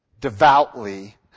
devoutly